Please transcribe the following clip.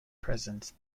presence